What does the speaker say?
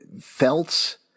felt